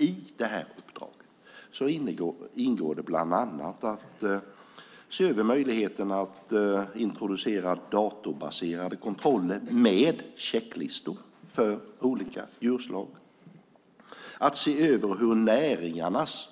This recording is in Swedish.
I uppdraget ingår bland annat att se över möjligheterna att introducera datorbaserade kontroller med checklistor för olika djurslag och att se över hur näringarnas